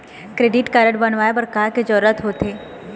Credit card बनवाए बर का के जरूरत होते?